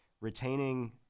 retaining